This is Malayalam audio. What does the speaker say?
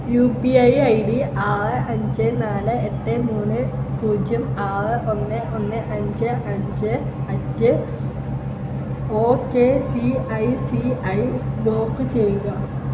U P I I D ആറ് അഞ്ച് നാല് എട്ട് മൂന്ന് പൂജ്യം ആറ് ഒന്ന് ഒന്ന് അഞ്ച് അഞ്ച് at O K C I C I block ചെയ്യുക